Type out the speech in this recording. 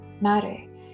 matter